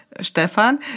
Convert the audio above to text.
Stefan